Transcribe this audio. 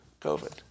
COVID